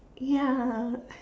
ya